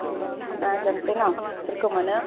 नागिरसै न सोरखौ मोनो